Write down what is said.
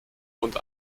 und